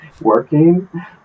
working